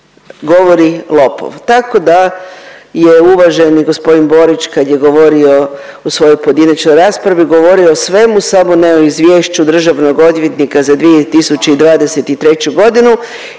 govori lopov, tako da je uvaženi g. Borić kad je govorio u svojoj pojedinačnoj raspravi govorio o svemu samo ne o Izvješću državnog odvjetnika za 2023.g. i